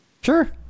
Sure